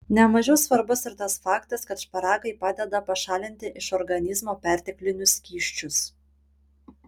ne mažiau svarbus ir tas faktas kad šparagai padeda pašalinti iš organizmo perteklinius skysčius